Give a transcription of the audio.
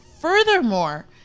furthermore